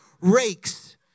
rakes